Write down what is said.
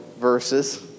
verses